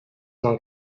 now